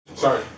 Sorry